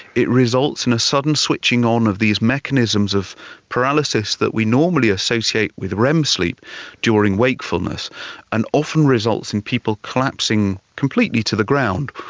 it results in a sudden switching on of these mechanisms of paralysis that we normally associate with rem sleep during wakefulness and often results in people collapsing completely to the ground,